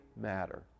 matter